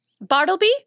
Bartleby